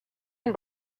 and